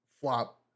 flop